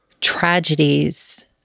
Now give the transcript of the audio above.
tragedies